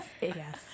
Yes